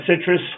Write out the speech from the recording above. citrus